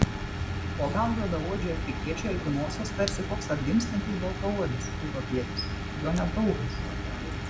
o gal juodaodžiui afrikiečiui albinosas tarsi koks atgimstantis baltaodis europietis jo nedraugas